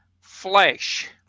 flesh